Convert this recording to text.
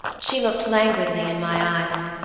she looked languidly in my eyes,